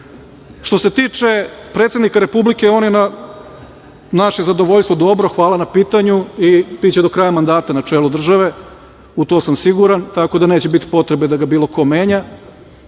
se tiče predsednika Republike, on je na naše zadovoljstvo dobro, hvala na pitanju i biće do kraja mandata na čelu države, u to sam siguran. Tako da neće biti potrebe da ga bilo ko menja